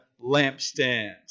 lampstands